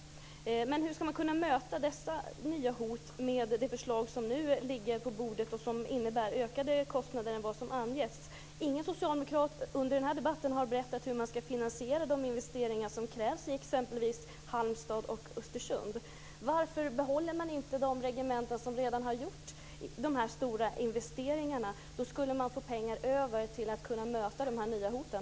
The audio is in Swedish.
Men hur ska man kunna möta dessa nya hot med det förslag som nu ligger på bordet och som innebär större kostnader än vad som angivits? Ingen socialdemokrat har under den här debatten berättat hur man ska finansiera de investeringar som krävs i exempelvis Halmstad och Östersund. Varför behåller man inte de regementen som redan har gjort de här stora investeringarna? Då skulle man få pengar över till att kunna möta de nya hoten.